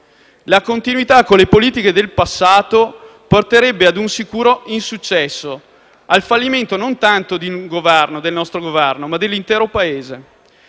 La continuità con le politiche del passato porterebbe ad un sicuro insuccesso, al fallimento non tanto di un Governo, del nostro Governo, ma dell'intero Paese.